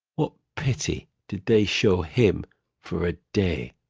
what pity did they show him for a day?